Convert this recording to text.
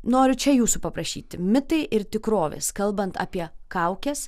noriu čia jūsų paprašyti mitai ir tikrovės kalbant apie kaukes